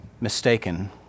mistaken